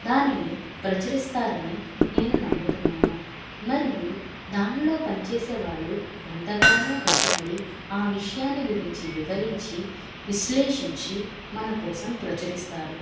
దానిని ప్రచరిస్తారని నేను నమ్ముతున్నాను మరియు దానిలో పనిచేసే వాళ్ళు ఎంతగానో కష్టపడి ఆ విషయాన్ని గురించి వివరించి విశ్లేషించి మన కోసం ప్రచురిస్తారు